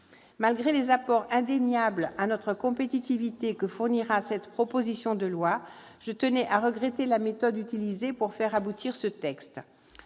Malgré les apports indéniables à notre compétitivité que fournira cette proposition de loi, je tenais à regretter la méthode utilisée pour faire aboutir ce texte.